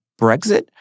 Brexit